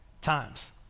times